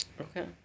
Okay